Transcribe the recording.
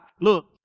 look